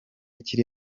kiri